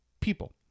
people